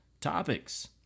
topics